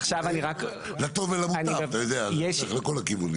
לטוב ולמוטב, אתה יודע, לכל הכיוונים.